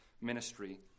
ministry